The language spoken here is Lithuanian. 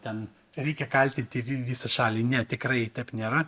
ten reikia kaltinti vi visą šalį ne tikrai taip nėra